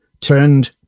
Turned